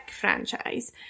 franchise